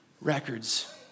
Records